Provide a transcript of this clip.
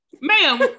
ma'am